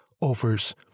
offers